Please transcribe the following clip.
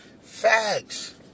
Facts